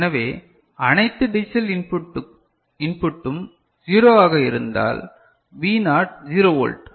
எனவே அனைத்து டிஜிட்டல் இன்புட்டும் 0 ஆக இருந்தால் V நாட் 0 ஓல்ட்